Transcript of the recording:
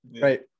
Right